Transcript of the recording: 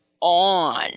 on